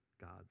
God's